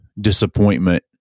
disappointment